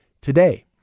today